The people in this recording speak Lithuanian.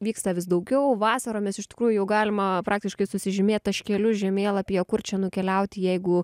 vyksta vis daugiau vasaromis iš tikrųjų galima praktiškai susižymėt taškelius žemėlapyje kur čia nukeliauti jeigu